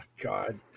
god